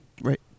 Right